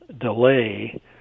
delay